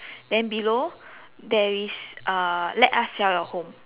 then below there is uh let us sell your home